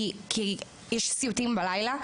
כי יש סיוטים בלילה.